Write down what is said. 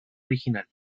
original